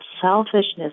selfishness